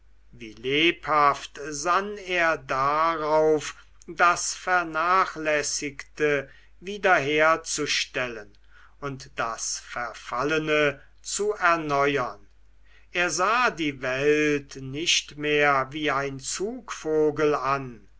wie lebhaft sann er darauf das vernachlässigte wiederherzustellen und das verfallene zu erneuern er sah die welt nicht mehr wie ein zugvogel an